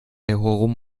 herum